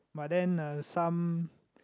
but then uh some